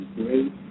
great